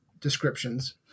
descriptions